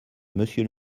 monsieur